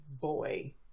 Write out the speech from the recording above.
boy